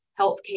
healthcare